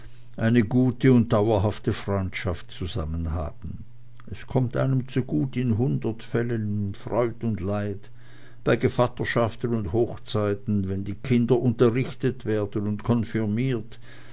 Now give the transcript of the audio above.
eine gute und dauerhafte freundschaft zusammen haben es kommt einem zu gut in hundert fällen in freud und leid bei gevatterschaften und hochzeiten wenn die kinder unterrichtet werden und konfirmiert